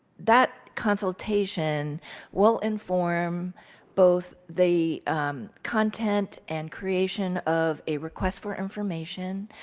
that consultation will inform both the content and creation of a request for information,